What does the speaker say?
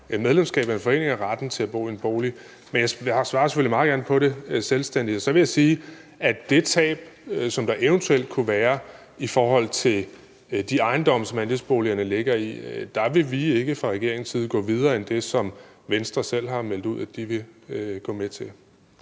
et medlemskab af en forening og retten til at bo i en bolig. Men jeg svarer selvfølgelig meget gerne på det selvstændigt. Så vil jeg sige, at med hensyn til det tab, som der eventuelt kunne være på de ejendomme, som andelsboligerne ligger i, vil vi ikke fra regeringens side gå videre end det, som Venstre selv har meldt ud at de vil gå med til.